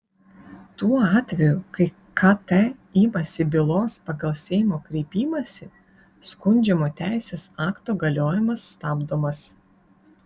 tuo atveju kai kt imasi bylos pagal seimo kreipimąsi skundžiamo teisės akto galiojimas stabdomas